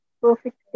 perfect